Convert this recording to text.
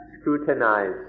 scrutinize